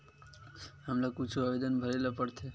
हमला कुछु आवेदन भरेला पढ़थे?